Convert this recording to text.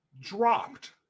dropped